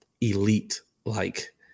elite-like